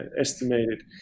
estimated